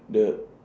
the